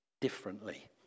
differently